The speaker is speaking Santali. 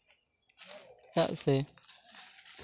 ᱪᱮᱫᱟᱜ ᱥᱮ